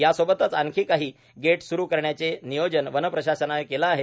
यासोबतच आणखी काही गेट स्रू करण्याचे नियोजन वनप्रशासनानं केलं आहे